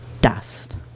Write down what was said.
dust